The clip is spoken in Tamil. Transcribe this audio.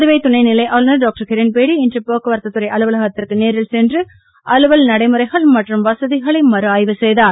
புதுவை துணைநிலை ஆளுநர் டாக்டர் கிரண்பேடி இன்று போக்குவரத்து துறை அலுவலகத்திற்கு நேரில் சென்று அலுவல் நடைமுறைகள் மற்றும் வசதிகளை மறுஆய்வு செய்தார்